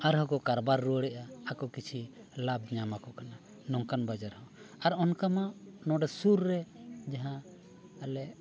ᱟᱨ ᱦᱚᱸᱠᱚ ᱠᱟᱨᱵᱟᱨ ᱨᱩᱣᱟᱹᱲᱮᱜᱼᱟ ᱟᱠᱚ ᱠᱤᱪᱷᱤ ᱞᱟᱵᱷ ᱧᱟᱢ ᱟᱠᱚ ᱠᱟᱱᱟ ᱱᱚᱝᱠᱟᱱ ᱵᱟᱡᱟᱨ ᱦᱚᱸ ᱟᱨ ᱚᱱᱠᱟᱢᱟ ᱱᱚᱸᱰᱮ ᱥᱩᱨ ᱨᱮ ᱡᱟᱦᱟᱸ ᱟᱞᱮ